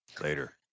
Later